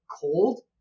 cold